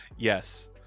Yes